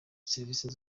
serivisi